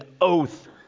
oath